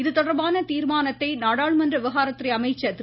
இதுதொடர்பான தீர்மானத்தை நாடாளுமன்ற விவகாரத்துறை அமைச்சர் திரு